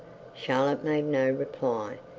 charlotte made no reply,